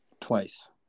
Twice